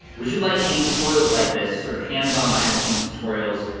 would you like any tutorials like this, sort of hands-on behind the scenes tutorials,